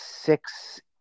six